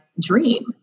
dream